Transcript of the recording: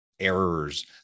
errors